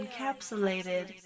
encapsulated